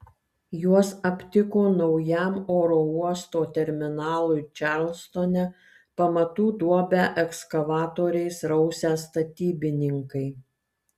juos aptiko naujam oro uosto terminalui čarlstone pamatų duobę ekskavatoriais rausę statybininkai